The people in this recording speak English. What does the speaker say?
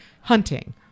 hunting